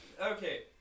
Okay